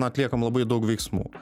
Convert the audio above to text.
atliekam labai daug veiksmų